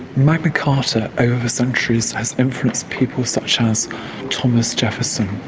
magna carta, over centuries, has influenced people such as thomas jefferson.